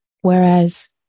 Whereas